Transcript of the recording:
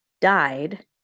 died